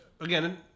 again